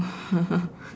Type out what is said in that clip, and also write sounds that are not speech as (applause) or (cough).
(laughs)